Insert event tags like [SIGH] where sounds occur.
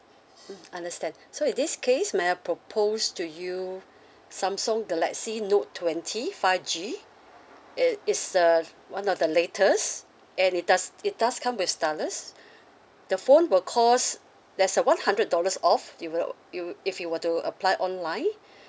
mm understand [BREATH] so in this case may I propose to you Samsung galaxy note twenty five G it it's uh one of the latest and it does it does come with stylus the phone will cost there's a one hundred dollars off it will you if you were to apply online